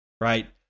right